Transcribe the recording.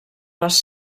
les